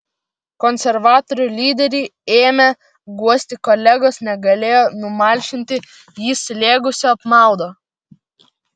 konservatorių lyderį ėmę guosti kolegos negalėjo numalšinti jį slėgusio apmaudo